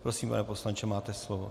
Prosím, pane poslanče, máte slovo.